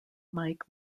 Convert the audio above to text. mike